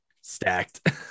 stacked